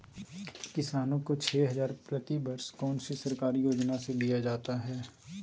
किसानों को छे हज़ार प्रति वर्ष कौन सी सरकारी योजना से दिया जाता है?